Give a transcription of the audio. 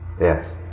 Yes